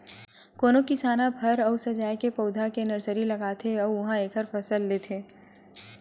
कोनो किसान ह फर अउ सजाए के पउधा के नरसरी लगाथे अउ उहां एखर फसल लेथे